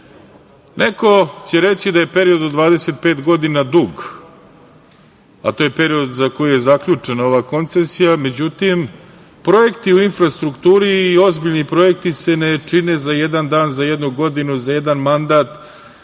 će reći da je period od 25 godina dug, a to je period za koji je zaključena ova koncesija. Međutim, projekti u infrastrukturi i ozbiljni projekti se ne čine za jedan dan, za jednu godinu, za jedan mandat,